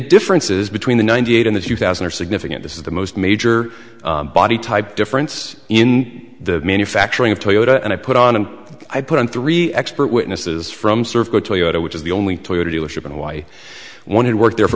differences between the ninety eight and the few thousand are significant this is the most major body type difference in the manufacturing of toyota and i put on and i put on three expert witnesses from servo toyota which is the only toyota dealership and why i wanted to work there for